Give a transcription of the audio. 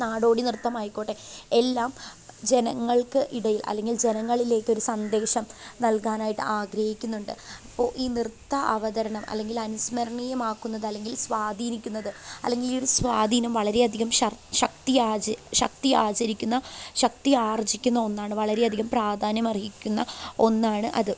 നാടോടിനൃത്തം ആയിക്കോട്ടെ എല്ലാം ജനങ്ങൾക്ക് ഇടയിൽ അല്ലെങ്കിൽ ജനങ്ങളിലേക്കൊരു സന്ദേശം നൽകാനായിട്ട് ആഗ്രഹിക്കുന്നുണ്ട് അപ്പോൾ ഈ നൃത്ത അവതരണം അല്ലെങ്കിൽ അനുസ്മരണീയമാക്കുന്നത് അല്ലെങ്കിൽ സ്വാധീനിക്കുന്നത് അല്ലെങ്കിൽ ഈയൊരു സ്വാധീനം വളരെയധികം ശക്തിയാചരിക്കുന്ന ശക്തിയാചരിക്കുന്ന ശക്തിയാർജിക്കുന്ന ഒന്നാണ് വളരെയധികം പ്രാധാന്യം അർഹിക്കുന്ന ഒന്നാണ് അത്